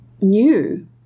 new